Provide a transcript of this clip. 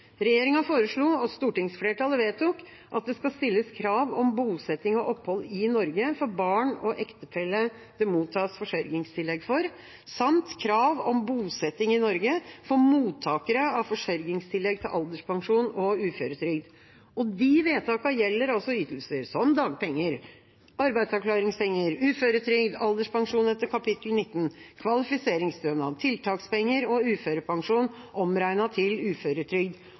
Regjeringa foreslo, og stortingsflertallet vedtok, at det skulle stilles krav om bosetting og opphold i Norge for barn og ektefelle det mottas forsørgingstillegg for samt krav om bosetting i Norge for mottakere av forsørgingstillegg til alderspensjon og uføretrygd. De vedtakene gjelder altså ytelser som dagpenger, arbeidsavklaringspenger, uføretrygd, alderspensjon etter kapittel 19, kvalifiseringsstønad, tiltakspenger og uførepensjon omregnet til uføretrygd.